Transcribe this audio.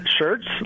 shirts